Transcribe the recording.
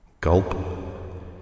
Gulp